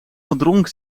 verdrong